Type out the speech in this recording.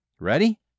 Ready